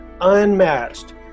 unmatched